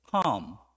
calm